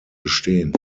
bestehen